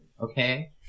Okay